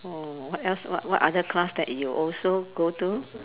oh what else what what other class that you also go to